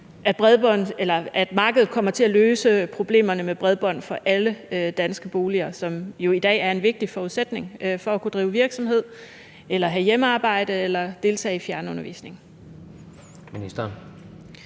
at markedet kommer til at løse problemerne med bredbånd for alle danske boliger, hvilket jo i dag er en vigtig forudsætning for at kunne drive virksomhed, have hjemmearbejde eller deltage i fjernundervisning.